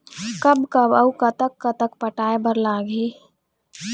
कब कब अऊ कतक कतक पटाए बर लगही